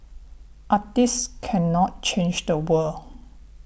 artists cannot change the world